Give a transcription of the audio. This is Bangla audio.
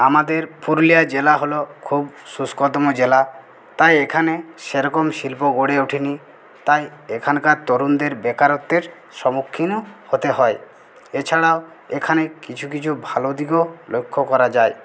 আমাদের পুরুলিয়া জেলা হল খুব শুষ্কতম জেলা তাই এখানে সেরকম শিল্প গড়ে ওঠেনি তাই এখানকার তরুণদের বেকারত্বের সম্মুখীন হতে হয় এছাড়াও এখানে কিছু কিছু ভালো দিকও লক্ষ করা যায়